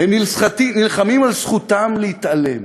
הם נלחמים על זכותם להתעלם.